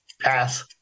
Pass